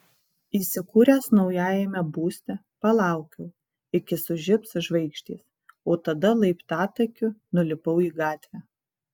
įsikūręs naujajame būste palaukiau iki sužibs žvaigždės o tada laiptatakiu nulipau į gatvę